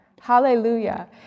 hallelujah